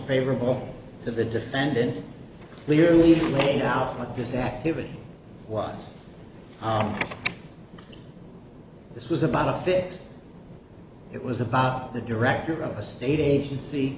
favorable to the defendant clearly laid out what this activity was this was about a fix it was about the director of a state agency